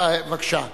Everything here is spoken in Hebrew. בבקשה.